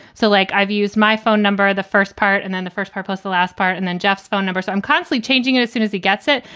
so like, i've used my phone number, the first part and then the first purpose. the last part and then jeff's phone number. so i'm currently changing it as soon as he gets it.